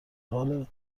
حال